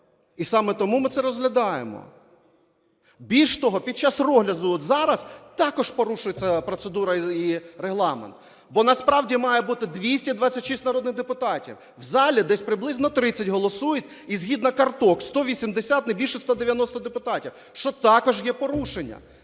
і саме тому ми це розглядаємо. Більш того, під час розгляду от зараз також порушується процедура і Регламент, бо насправді має бути 226 народних депутатів. В залі десь приблизно 30 голосують і згідно карток 180, не більше 190 депутатів, що також є порушенням.